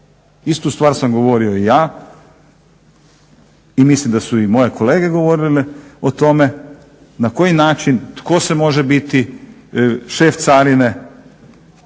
Istu stvar sam govori i ja i mislim da su i moje kolege govorile o tome na koji način tko sve može biti šef carine.